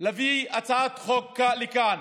להביא הצעת חוק לכאן